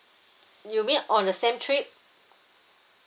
you mean on the same trip